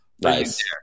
Nice